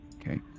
Okay